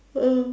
ah